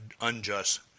unjust